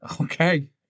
Okay